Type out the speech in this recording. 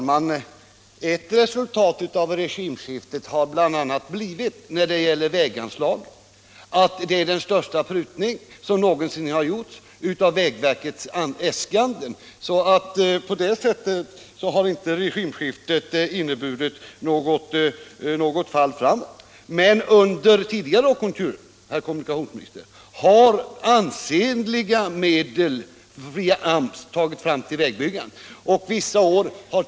Herr talman! När det gäller väganslaget har ett resultat av regimskiftet blivit den största prutning som någonsin gjorts av vägverkets äskanden. På det sättet har inte regimskiftet inneburit något fall framåt. Under tidigare lågkonjunkturer, herr kommunikationsminister, har ansenliga medel tagits fram till vägbyggande via AMS.